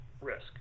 risk